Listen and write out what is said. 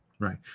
Right